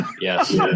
Yes